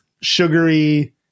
sugary